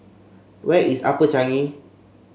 where is Upper Changi